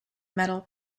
metal